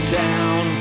down